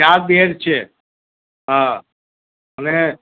ચાર બેડ છે અને